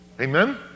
Amen